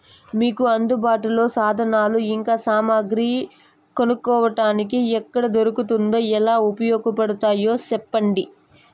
మీకు అందుబాటులో సాధనాలు ఇంకా సామగ్రి కొనుక్కోటానికి ఎక్కడ దొరుకుతుందో ఎలా ఉపయోగపడుతాయో సెప్పండి?